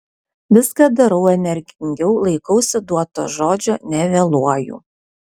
viską darau energingiau laikausi duoto žodžio nevėluoju